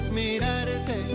mirarte